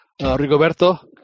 Rigoberto